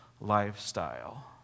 lifestyle